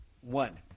One